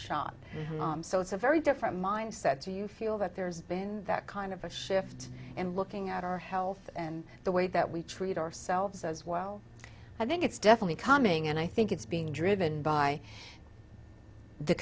shot so it's a very different mindset do you feel that there's been that kind of a shift and looking at our health and the way that we treat ourselves as well i think it's definitely calming and i think it's being driven by the